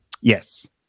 Yes